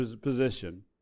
position